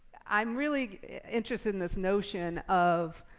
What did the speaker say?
i'm really interested in this notion of